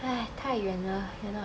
哎太远了 cannot